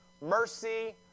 mercy